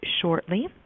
shortly